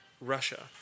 Russia